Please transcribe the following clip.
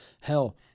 Hell